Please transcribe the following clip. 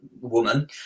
woman